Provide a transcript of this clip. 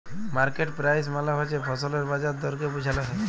market price মালে হছে ফসলের বাজার দরকে বুঝাল হ্যয়